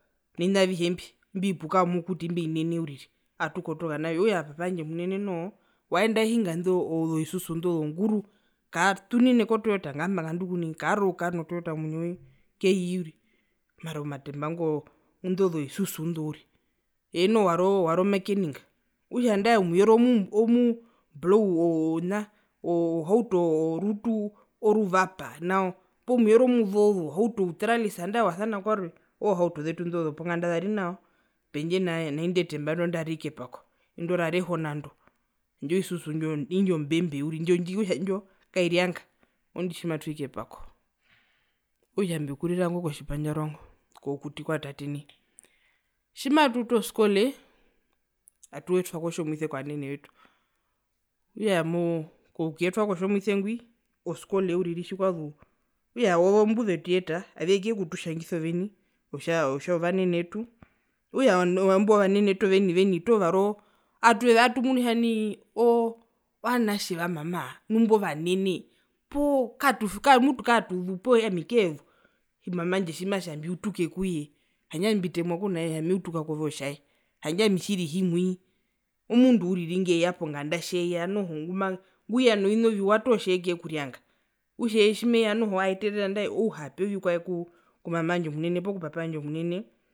Ovina avihe mbi imbi ovipuka avihe imbio vinene uriri aatukotoka navyo okutja tate wandje omunene eye aahingi ozo isuzu indo zonguru katunine ko toyota ngamba ngandu ku nai kaarora okukaa no toyota momwinyowe uriri keyii uriri mara omatemba ingo indo zo isuzu ndo uri eye noho wari omakeninga okutja nandae omuvero omu omublou oo oo na oo oo ohauto orutu oruvapa nao poo muvero muzoozu ohauto outrarilisa nandae omuvero wasana kwarwe oozohauto zetu indo zoponganda zari nao pendje nainde temba ndi ndaari kepako indo rari ehona handje o isuzu ndjo mbe mbe uriri ndjo okutja ndjo kairianga okutja mbekurirango kotjipandjarua ngo ko kuti kwatate, tjimatuutu oskole atuyetwa kotjomuise kovanene vetu kokuyetwa kotjomuise ngwi oskole uriri tjikwazu okutja owo mbuvetuyeta avekuye kututjangisa oveni otjaa otjo vanene vetu okutja ovanene vetu imbo veni veni toho varii oo atu atumunu kutja nai oo oo ovanatje va mama nu imbo vanene poo katu poo mutu kaatuzuu poo ami keezuu mama wandje tjimatja mbiutuke kuye handje mbitemwa kunaye kutja meutuka otjae handje ami tjiri ami himwii omundu uriri ngweya ponganda tjeya nguya novina oviwa toho tjimeekurianga okutja tjimeya aeterere ouna ouhape oukwae ku mama wandje omunene poo ku tate wandje.